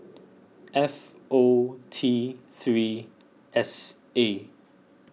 F O Tthree S A